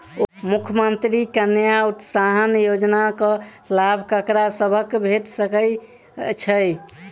मुख्यमंत्री कन्या उत्थान योजना कऽ लाभ ककरा सभक भेट सकय छई?